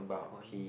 on